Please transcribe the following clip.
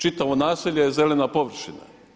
Čitavo naselje je zelena površina.